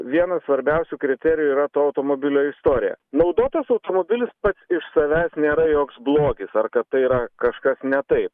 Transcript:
vienas svarbiausių kriterijų yra to automobilio istorija naudotas automobilis pats iš savęs nėra joks blogis ar kad tai yra kažkas ne taip